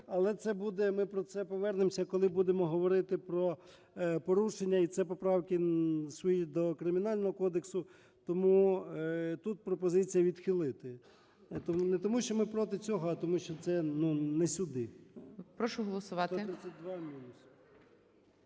буде, ми про це повернемося, коли будемо говорити про порушення. І це поправки свої до Кримінального кодексу. Тому тут пропозиція відхилити. Не тому, що ми проти цього, а тому, що це не суди. ГОЛОВУЮЧИЙ. Прошу голосувати.